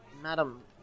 Madam